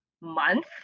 month